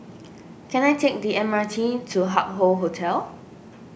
can I take the M R T to Hup Hoe Hotel